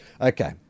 Okay